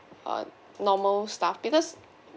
uh normal stuff because